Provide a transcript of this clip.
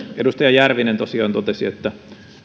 edustaja järvinen tosiaan totesi että